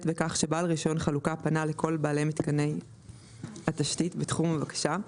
בכך שבעל רישיון חלוקה פנה לכל בעלי מיתקני התשתית בתחום הבקשה,